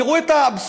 תראו את האבסורד,